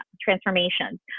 transformations